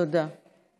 תודה.